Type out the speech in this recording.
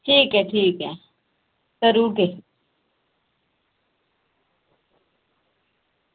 ठीक ऐ ठीक ऐ करी ओड़गे